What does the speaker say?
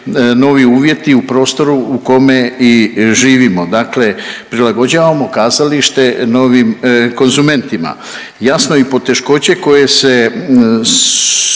novi uvjeti u prostoru u kome i živimo. Dakle, prilagođavamo kazalište novim konzumentima. Jasno i poteškoće koje su